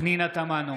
פנינה תמנו,